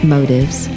Motives